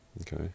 okay